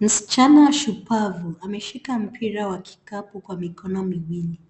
Msichana shupavu ameshika mpira wa kikapu kwa mikono miwili,